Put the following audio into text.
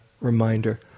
reminder